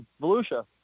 Volusia